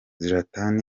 zlatan